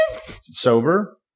sober